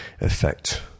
effect